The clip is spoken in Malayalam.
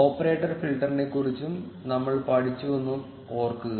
ഓപ്പറേറ്റർ ഫിൽട്ടറിനെക്കുറിച്ചും നമ്മൾ പഠിച്ചുവെന്ന് ഓർക്കുക